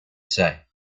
say